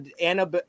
Anna